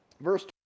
verse